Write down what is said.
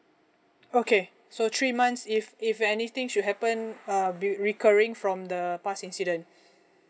okay so three months if if anything should happen uh be recurring from the past incident